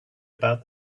about